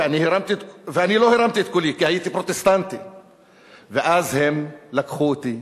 ואני לא הרמתי את קולי כי הייתי פרוטסטנטי/ ואז הם לקחו אותי/